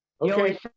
okay